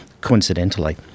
coincidentally